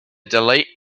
delete